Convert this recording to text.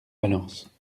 balance